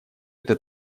эта